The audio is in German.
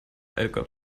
elke